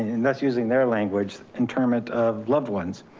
and that's using their language internment of loved ones,